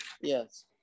Yes